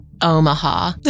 Omaha